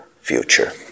Future